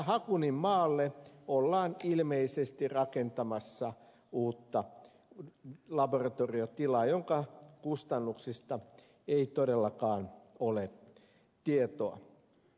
hakuninmaalle ollaan ilmeisesti rakentamassa uutta laboratoriotilaa jonka kustannuksista ei todellakaan ole tietoa